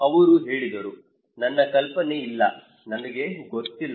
ಅವರು ಹೇಳಿದರು ನನಗೆ ಕಲ್ಪನೆ ಇಲ್ಲ ನನಗೆ ಗೊತ್ತಿಲ್ಲ